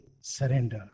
surrender